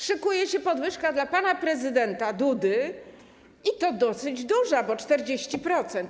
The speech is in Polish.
Szykuje się podwyżka dla pana prezydenta Dudy, i to dosyć duża, bo 40%.